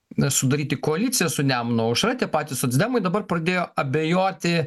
sudaryti koaliciją su nemuno aušra tie patys socdemai dabar pradėjo abejoti